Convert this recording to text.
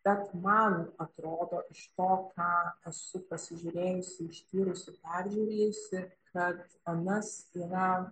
bet man atrodo iš to ką esu pasižiūrėjusi ištyrusi peržiūrėjusi kad anas yra